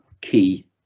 key